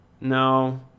No